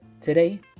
Today